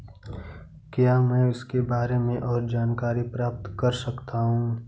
क्या मैं उसके बारे में और जानकारी प्राप्त कर सकता हूँ